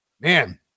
man